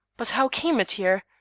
but how came it here?